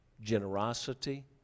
generosity